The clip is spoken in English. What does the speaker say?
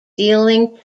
dealing